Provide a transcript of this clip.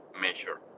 measure